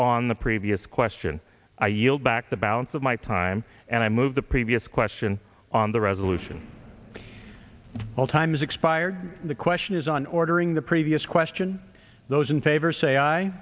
on the previous question i yield back the balance of my time and i move the previous question on the resolution all time is expired the question is on ordering the previous question those in favor say